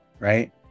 right